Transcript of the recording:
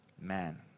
Man